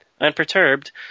Unperturbed